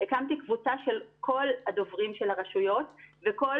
הקמתי קבוצה של כל הדוברים של הרשויות ואת כל